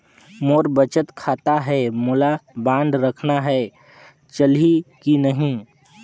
मोर बचत खाता है मोला बांड रखना है चलही की नहीं?